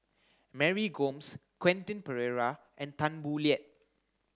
Mary Gomes Quentin Pereira and Tan Boo Liat